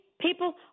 people